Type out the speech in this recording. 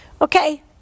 Okay